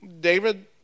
David